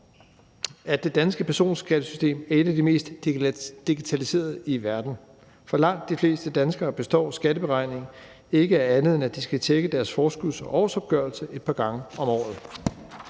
at det danske personskattesystem er et af de mest digitaliserede i verden. For langt de fleste danskere består skatteberegningen ikke af andet, end at de skal tjekke deres forskuds- og årsopgørelse et par gange om året.